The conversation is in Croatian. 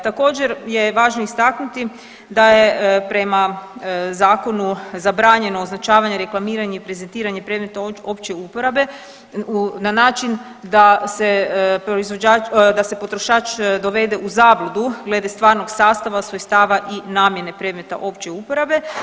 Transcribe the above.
Također je važno istaknuti da je prema zakonu zabranjeno označavanje, reklamiranje i prezentiranje predmeta opće uporabe na način da se potrošač dovede u zabludu glede stalnog sastava, svojstava i namjene predmeta opće uporabe.